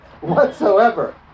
whatsoever